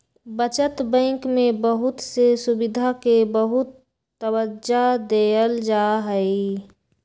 बचत बैंक में बहुत से सुविधा के बहुत तबज्जा देयल जाहई